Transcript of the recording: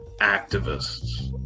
activists